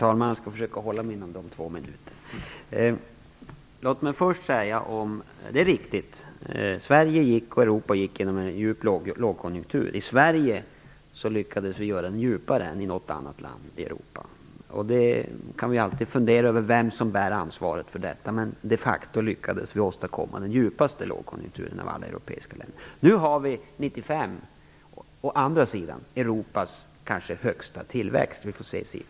Herr talman! Det är riktigt att Sverige och Europa gick igenom en djup lågkonjunktur. I Sverige lyckades vi göra den djupare än i något annat land i Europa. Vi kan alltid fundera över vem som bär ansvaret för detta. Men de facto lyckades vi åstadkomma den djupaste lågkonjunkturen av alla europeiska länder. Nu har vi å andra sidan år 1995 Europas kanske högsta tillväxt.